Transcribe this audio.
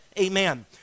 Amen